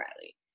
Riley